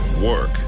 Work